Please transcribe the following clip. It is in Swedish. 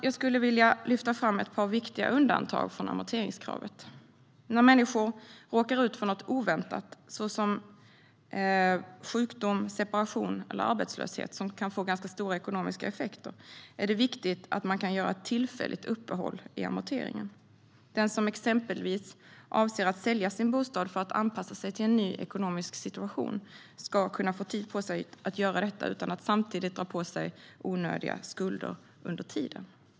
Jag skulle vilja lyfta fram ett par viktiga undantag från amorteringskravet. När människor råkar ut för någonting oväntat, såsom sjukdom, separation eller arbetslöshet som kan få ganska stora ekonomiska effekter, är det viktigt att man kan göra ett tillfälligt uppehåll i amorteringen. Den som exempelvis avser att sälja sin bostad för att anpassa sig till en ny ekonomisk situation ska kunna få tid på sig att göra detta utan att dra på sig onödiga skulder under tiden.